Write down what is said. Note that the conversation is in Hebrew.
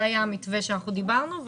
זה היה המתווה שעליו דיברנו.